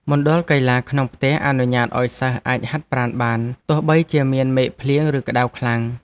មណ្ឌលកីឡាក្នុងផ្ទះអនុញ្ញាតឱ្យសិស្សអាចហាត់ប្រាណបានទោះបីជាមានមេឃភ្លៀងឬក្តៅខ្លាំង។